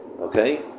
okay